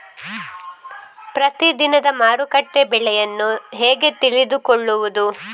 ಪ್ರತಿದಿನದ ಮಾರುಕಟ್ಟೆ ಬೆಲೆಯನ್ನು ಹೇಗೆ ತಿಳಿದುಕೊಳ್ಳುವುದು?